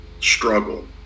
struggle